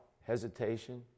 hesitation